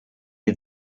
had